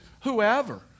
Whoever